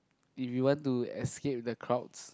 if you want to escape the crowds